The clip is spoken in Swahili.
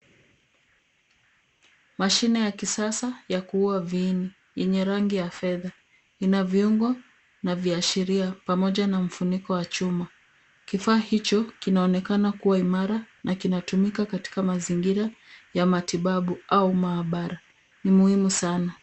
Mashine ya kisasa ya kuua viini, yenye rangi ya fedha, ina viungo na viashiria pamoja na mfuniko wa chuma. Kifaa hicho kinaonekana kuwa imara na kinatumika katika mazingira ya matibabu au maabara, ni muhimu sana.